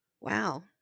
wow